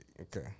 Okay